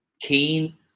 keen